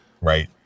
Right